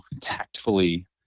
tactfully